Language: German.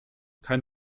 kein